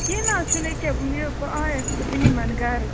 کیٚنٛہہ نہَ حظ چھُ نہٕ أکیٛاہ بہٕ آیَس تہٕ بہٕ نِمَن گرٕ